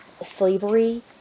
slavery